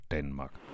Danmark